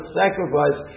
sacrifice